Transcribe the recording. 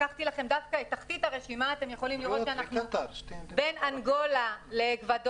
לקחתי לכם דווקא את תחתית הרשימה שאנחנו בין אנגולה לאקוודור,